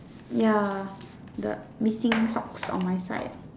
ya the missing socks on my side